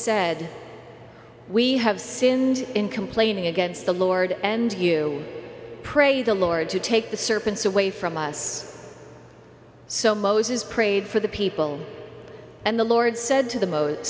said we have sinned in complaining against the lord and you pray the lord to take the serpents away from us so moses prayed for the people and the lord said to the most